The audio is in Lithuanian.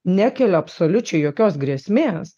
nekelia absoliučiai jokios grėsmės